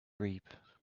reap